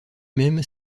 même